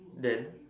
then